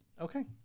Okay